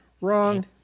Wrong